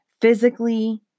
physically